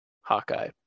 Hawkeye